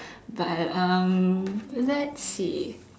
but um let's see